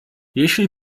jeśli